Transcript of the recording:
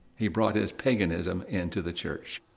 he brought his paganism into the church,